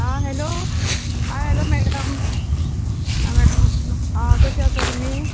आ hello आ hello madam आ madam आ कशी आसा तुमी